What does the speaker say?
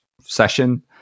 session